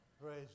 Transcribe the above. Praise